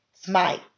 smite